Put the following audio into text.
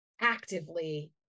actively